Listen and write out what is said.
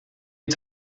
het